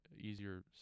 easier